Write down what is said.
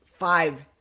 five